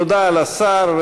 תודה לשר.